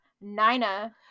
Nina